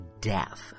death